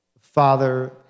Father